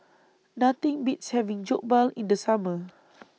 Nothing Beats having Jokbal in The Summer